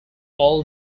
all